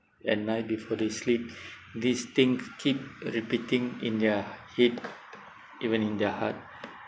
at night before they sleep this thing keep repeating in their head even in their heart